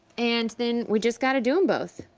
and then, we just gotta do em both.